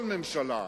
כל ממשלה,